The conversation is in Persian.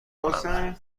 کنم